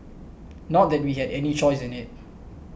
not that we had any choice in it